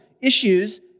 issues